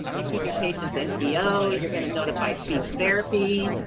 you keep your patients npo, you're gonna notify speech therapy,